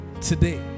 today